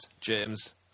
James